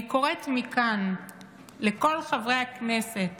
אני קוראת מכאן לכל חברי הכנסת